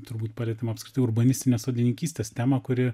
turbūt palietėm apskritai urbanistinės sodininkystės temą kuri